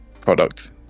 product